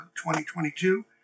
2022